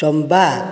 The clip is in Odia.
ତମ୍ବା